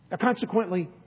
Consequently